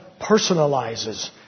personalizes